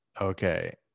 okay